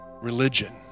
religion